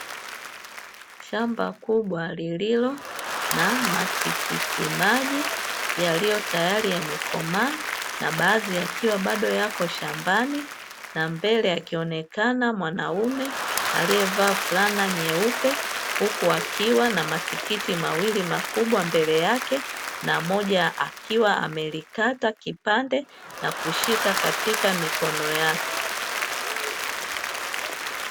Shamba kubwa lililo na matikiti maji yaliyo tayari yamekomaa, na baadhi ya kiwa bado yako shambani na mbele akionekana mwanaume aliyevaa fulana nyeupe huku akiwa na matikiti mawili makubwa mbele yake na moja akiwa amelikata kipande na kushika katika mikono yake.